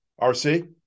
RC